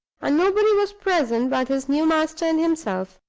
and nobody was present but his new master and himself.